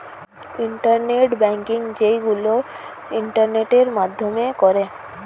internet banking যেইগুলো ইন্টারনেটের মাধ্যমে করে